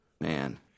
Man